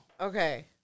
Okay